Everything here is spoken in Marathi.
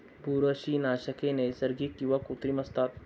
बुरशीनाशके नैसर्गिक किंवा कृत्रिम असतात